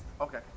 okay